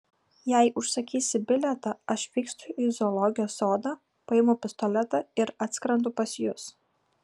jei užsakysi bilietą aš vykstu į zoologijos sodą paimu pistoletą ir atskrendu pas jus